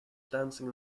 dancing